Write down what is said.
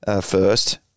first